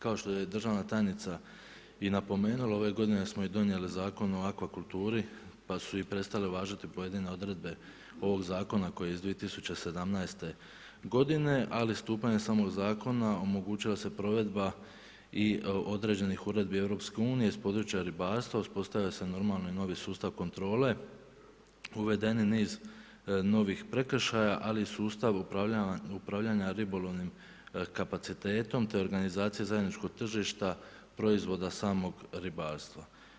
Kao što je i državna tajnica i napomenula, ove g. smo donijeli i Zakon o akvakulturi, pa su prestale uvažiti ove odredbe ovog zakona koji je iz 2017. g. ali stupanje samog zakona omogućuju se provedba i određenih uredbi EU, iz područja ribarstva, uspostavlja se normalno i novi sustav kontrole, uvedeni niz novih prekršaja, ali i sustav upravljanja ribolovnim kapacitetom, te organizacija zajedničkog tržišta, proizvoda samog ribarstva.